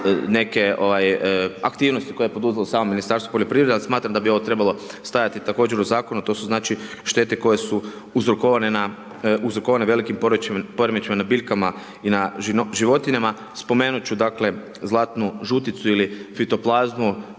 neke aktivnosti koje je poduzelo samo Ministarstvo poljoprivrede, al smatram da bi ovo trebalo stajati također u Zakonu, to su, znači, štete koje su uzrokovane velikim poremećajima na biljkama i na životinjama. Spomenut ću, dakle, zlatnu žuticu ili fitoplazmu